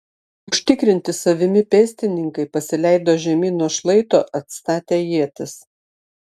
užtikrinti savimi pėstininkai pasileido žemyn nuo šlaito atstatę ietis